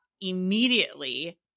immediately